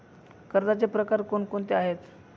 कर्जाचे प्रकार कोणकोणते आहेत?